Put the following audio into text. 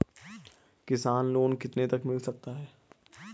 किसान लोंन कितने तक मिल सकता है?